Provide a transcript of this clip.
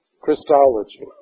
Christology